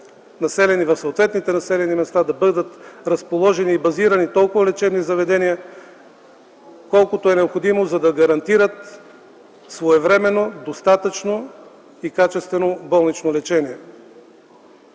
възможност в съответните населени места да бъдат разположени и базирани толкова лечебни заведения, колкото е необходимо, за да гарантират своевременно, достатъчно и качествено болнично лечение.